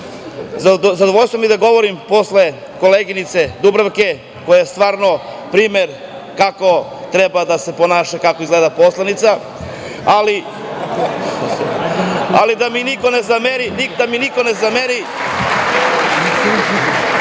grešku. Zadovoljstvo mi je da govorim posle koleginice Dubravke koja je stvarno primer kako treba da se ponaša, kako izgleda poslanica, ali da mi niko ne zameri,